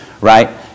right